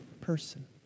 person